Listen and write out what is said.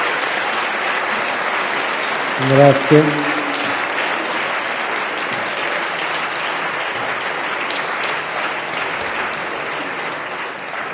Grazie